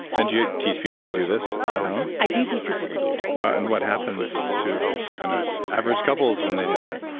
and do you teach people to do this at home? i do teach people to do this. and what happens to kind of average couples when they do that?